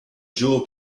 jewel